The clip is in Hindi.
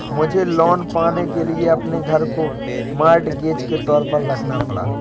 मुझे लोन पाने के लिए अपने घर को मॉर्टगेज के तौर पर रखना पड़ा